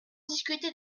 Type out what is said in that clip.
discuté